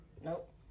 Nope